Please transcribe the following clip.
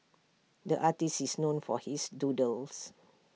the artist is known for his doodles